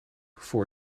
voor